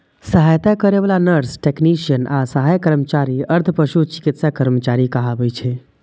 सहायता करै बला नर्स, टेक्नेशियन आ सहायक कर्मचारी अर्ध पशु चिकित्सा कर्मचारी कहाबै छै